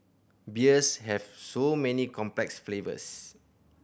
beers have so many complex flavours